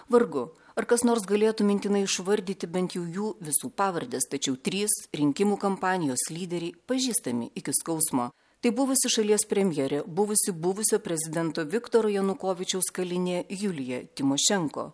vargu ar kas nors galėtų mintinai išvardyti bent jų visų pavardes tačiau trys rinkimų kampanijos lyderiai pažįstami iki skausmo tai buvusi šalies premjerė buvusi buvusio prezidento viktoro janukovyčiaus kalinė julija tymošenko